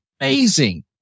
amazing